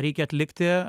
reikia atlikti